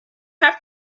have